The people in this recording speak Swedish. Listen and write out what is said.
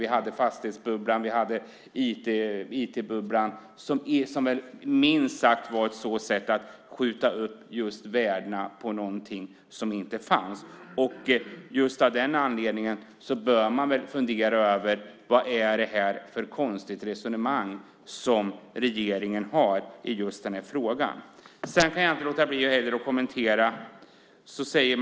Vi hade fastighetsbubblan och IT-bubblan, som minst sagt var ett sätt att skjuta upp värdena på någonting som inte fanns. Av den anledningen bör man fundera över vad det är för konstigt resonemang som regeringen har i just den här frågan. Jag kan heller inte låta bli att kommentera något annat.